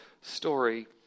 story